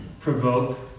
provoke